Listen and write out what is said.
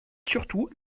surtout